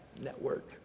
network